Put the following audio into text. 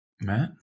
Matt